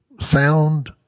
sound